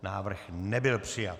Návrh nebyl přijat.